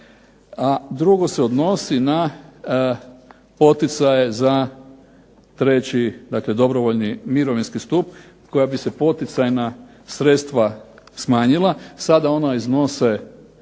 a drugo se odnosi na poticaje za treći, dakle dobrovoljni mirovinski stup koja bi se poticajna sredstva smanjila, sada ona iznose